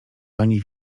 pani